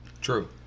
True